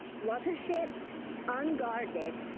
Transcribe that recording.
lots of ships unguarded.